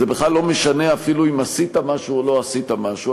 זה בכלל לא משנה אפילו אם עשית משהו או לא עשית משהו,